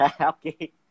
Okay